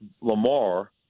Lamar